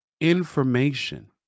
information